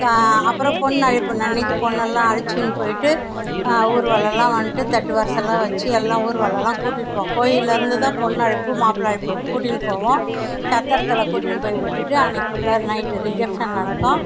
அப்றம் பொண்ணு அழைப்பு அன்னைக்கு பொண்ணுலாம் அழைச்சின்னு போய்ட்டு ஊர்வலலாம் வந்துட்டு தட்டு வரிசைலாம் வச்சு எல்லாம் ஊர்வலாம் கூட்டிகிட்டு போவோம் கோவில்லருந்துதான் பெண்ணழைப்பு மாப்பிள அழைப்பு கூட்டின்னு போவோம் சத்திரத்தில் கூட்டின்னு போய் விட்டுவிட்டு அன்னைக்கு ஃபுல்லாக நைட்டு ரிசப்ஷன் நடக்கும்